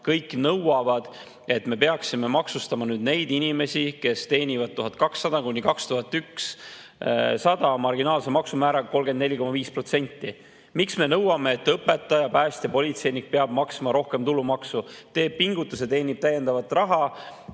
kõik nõuavad, et me peaksime maksustama neid inimesi, kes teenivad 1200–2100, marginaalse maksumääraga 34,5%. Miks me nõuame, et õpetaja, päästja ja politseinik peab maksma rohkem tulumaksu? Teeb pingutuse, teenib täiendavat raha